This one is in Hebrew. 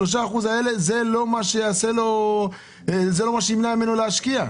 3% האלה לא ימנעו ממנו להשקיע.